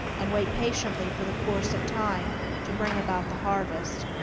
and wait patiently for the course of time to bring about the harvest,